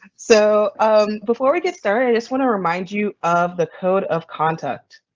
so um before we get started, i just want to remind you of the code of contact.